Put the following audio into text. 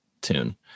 tune